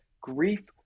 Grief